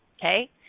okay